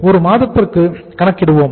ஒரு மாதத்திற்கு கணக்கிடுவோம்